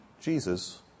Jesus